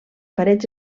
parets